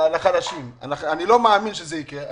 אני לא מאמין שזה יקרה.